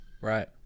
Right